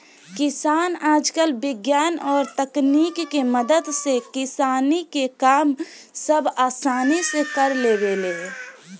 किसान आजकल विज्ञान और तकनीक के मदद से किसानी के काम सब असानी से कर लेवेले